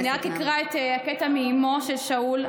אני רק אקרא את הקטע של אימו של שאול,